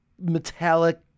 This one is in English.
metallic